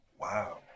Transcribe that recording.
Wow